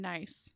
Nice